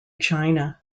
china